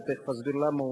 ותיכף אסביר למה,